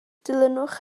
dilynwch